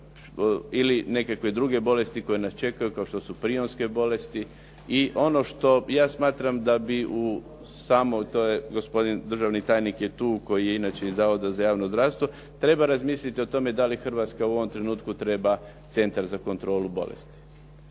ili nekakve druge bolesti koje nas čekaju kao što su prionske bolesti. I ono što ja smatram da bi u samo, to je gospodin državni tajnik je tu koji je inače iz Zavoda za javno zdravstvo, treba razmisliti o tome da li Hrvatska u ovom trenutku treba centar za kontrolu bolesti.